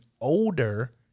older